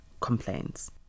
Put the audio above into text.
complaints